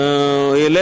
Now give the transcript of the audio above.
חיים,